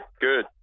Good